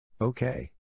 Okay